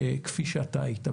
כפי שאתה היית.